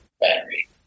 battery